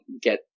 get